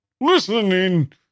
listening